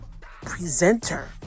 presenter